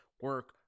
Work